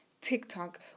TikTok